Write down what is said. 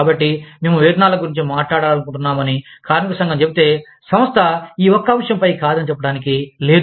కాబట్టి మేము వేతనాల గురించి మాట్లాడాలనుకుంటున్నామని కార్మిక సంఘం చెబితే సంస్థ ఈ ఒక్క అంశం పై కాదని చెప్పటానికి లేదు